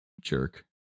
jerk